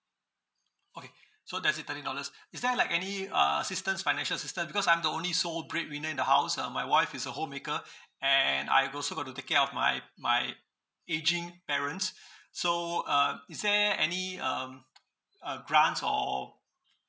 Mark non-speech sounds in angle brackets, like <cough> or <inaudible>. okay <breath> so that's it thirteen dollars is there like any uh assistance financial assistant because I'm the only sole bread winner in the house uh my wife is a homemaker <breath> and I got also got to take care of my my aging parents <breath> so um is there any um a grants or or